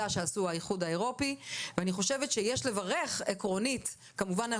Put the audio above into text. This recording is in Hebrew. שעשו האיחוד האירופאי ואני חושבת שיש לברך עקרונית כמובן על